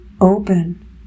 open